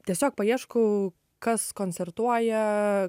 tiesiog paieškau kas koncertuoja